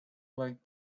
like